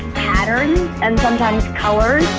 patterns and sometimes colors